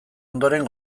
ondoren